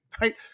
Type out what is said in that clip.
Right